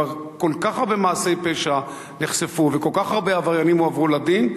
כבר כל כך הרבה מעשי פשע נחשפו וכל כך הרבה עבריינים הובאו לדין,